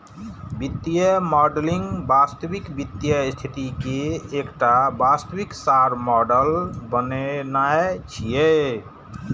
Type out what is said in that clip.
वित्तीय मॉडलिंग वास्तविक वित्तीय स्थिति के एकटा वास्तविक सार मॉडल बनेनाय छियै